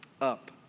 up